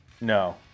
No